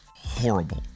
horrible